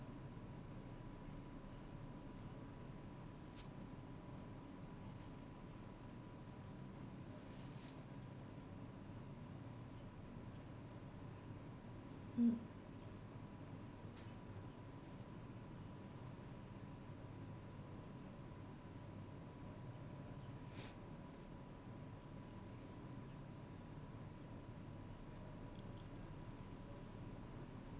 mm